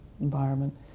environment